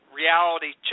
reality